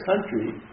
country